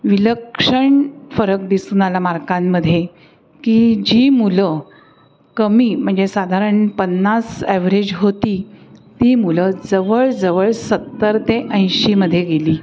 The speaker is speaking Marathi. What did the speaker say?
विलक्षण फरक दिसून आला मार्कांमध्ये की जी मुलं कमी म्हणजे साधारण पन्नास ॲव्हरेज होती ती मुलं जवळजवळ सत्तर ते ऐंशीमध्ये गेली